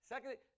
Secondly